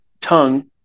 tongue